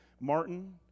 Martin